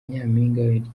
nyampinga